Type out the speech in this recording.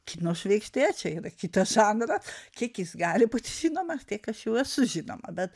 kino žvaigždė čia yra kitas žanras kiek jis gali būti žinomas tiek aš jau esu žinoma bet